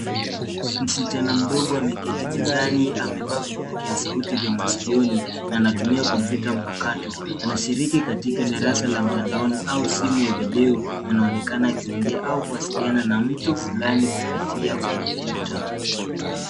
Msichana mdogo ameketi mizani amevaa vipokea sauti vya masikioni na anatumia kompyuta mpakato anashiriki katika darasa la mtandaoni au simu ya video na inaonekana akiingia au kuwasiliana na mtu fulani kupitia kompyuta.